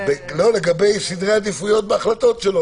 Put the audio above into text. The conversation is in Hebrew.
סדרי עדיפויות והחלטות שלו.